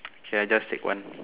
K I just take one